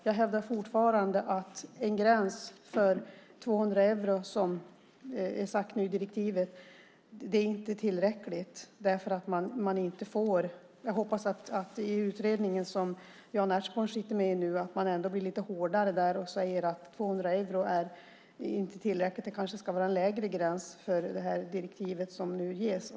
Jag hävdar fortfarande att den gräns på 200 euro som det nu är sagt i direktivet inte är tillräckligt. Jag hoppas att den utredning som Jan Ertsborn sitter med i säger att man ska bli lite hårdare och att 200 euro inte är tillräckligt. Det kanske ska vara en lägre gräns för direktivet som nu ges.